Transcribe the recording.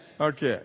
Okay